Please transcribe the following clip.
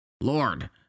Lord